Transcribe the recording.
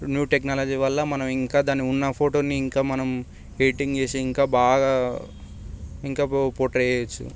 new technology వల్ల మనం ఇంకా దాని ఉన్న ఫోటోని ఇంకా మనం ఎడిటింగ్ చేసి ఇంకా బాగా ఇంకా పోట్రే చేయొచ్చు